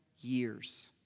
years